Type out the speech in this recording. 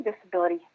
disability